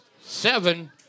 seven